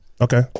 Okay